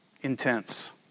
intense